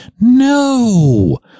No